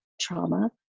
trauma